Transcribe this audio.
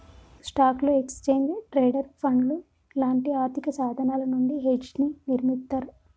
స్టాక్లు, exchange traded ఫండ్లు లాంటి ఆర్థికసాధనాల నుండి హెడ్జ్ని నిర్మిత్తర్